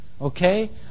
Okay